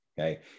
okay